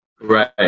Right